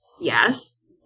Yes